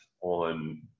on